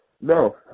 No